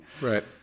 Right